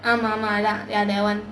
ஆமா ஆமா அதான்:aamaa aamma athaan ya that [one]